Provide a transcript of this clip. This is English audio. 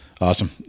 Awesome